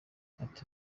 ati